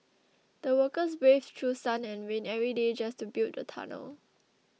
the workers braved through sun and rain every day just to build the tunnel